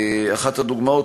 אחת הדוגמאות,